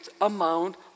amount